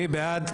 מי בעד?